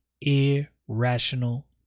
irrational